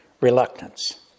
reluctance